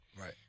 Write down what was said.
Right